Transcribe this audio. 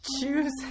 Choose